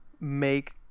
make